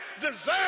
deserve